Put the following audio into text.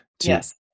Yes